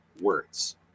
words